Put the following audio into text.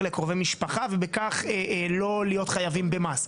לקרובי משפחה ובכך לא להיות חייבים ממס.